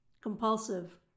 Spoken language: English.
Compulsive